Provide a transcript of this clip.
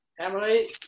Emily